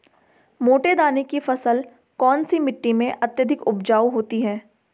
मोटे दाने की फसल कौन सी मिट्टी में अत्यधिक उपजाऊ होती है?